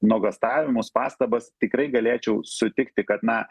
nuogąstavimus pastabas tikrai galėčiau sutikti kad na